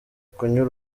kunywa